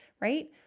right